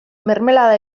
mermelada